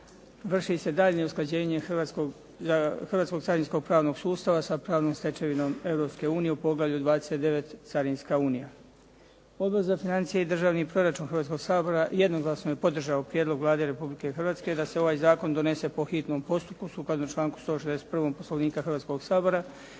vrši se daljnje usklađenje hrvatskog carinskog pravnog sustava sa pravnom stečevinom Europske unije u Poglavlju 29 – Carinska unija. Odbor za financije i državni proračun Hrvatskog sabora jednoglasno je podržao prijedlog Vlade Republike Hrvatske da se ovaj zakon donese po hitnom postupku sukladno članku 161. Poslovnika Hrvatskog sabora